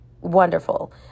wonderful